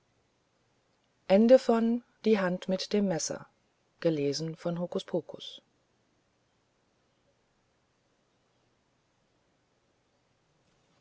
die hand mit dem messer